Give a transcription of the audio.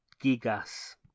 Gigas